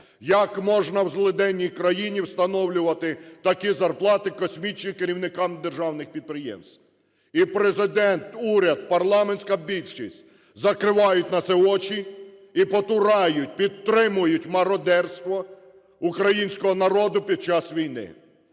як можна в злиденній країні встановлювати такі зарплати космічні керівникам державних підприємств? І Президент, уряд, парламентська більшість закривають на це очі і потурають, підтримують мародерство українського народу під час війни.